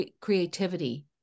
creativity